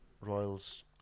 Royals